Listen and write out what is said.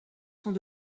sont